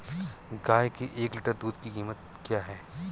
गाय के एक लीटर दूध की कीमत क्या है?